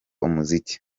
umuziki